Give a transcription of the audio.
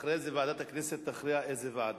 אחרי זה ועדת הכנסת תכריע איזו ועדה.